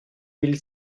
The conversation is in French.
mille